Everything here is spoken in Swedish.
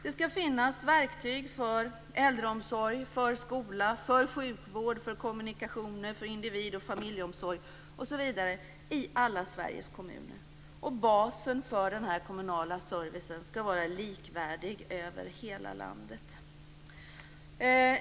Det skall finnas verktyg för äldreomsorg, för skola, för sjukvård, för kommunikationer och för individ och familjeomsorg i alla Sveriges kommuner. Basen för den kommunala servicen skall vara likvärdig över hela landet.